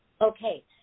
Okay